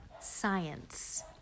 science